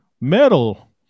metal